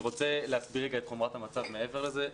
אני רוצה להסביר את חומרת המצב מעבר לזה.